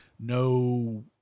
No